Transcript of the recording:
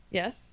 yes